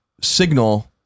signal